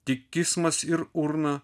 tik kismas ir urna